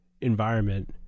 environment